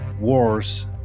wars